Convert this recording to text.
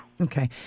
Okay